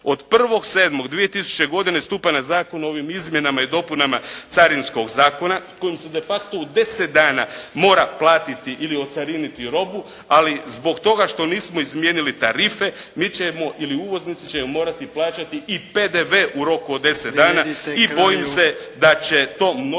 Od 01.07.2000. godine stupa na zakon o ovim izmjenama i dopunama Carinskog zakona, kojim su de facto u 10 dana mora platiti ili ocariniti robu, ali zbog toga što nismo izmijenili tarife, mi ćemo ili uvoznici će morati plaćati i PDV u roku od 10 dana… … /Upadica se ne